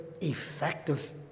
effective